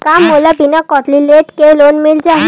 का मोला बिना कौंटलीकेट के लोन मिल जाही?